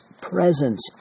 presence